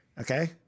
Okay